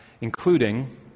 including